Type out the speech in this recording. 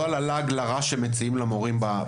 לא על הלעג לרש שמציעים למורים.